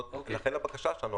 לכן הבקשה שלנו.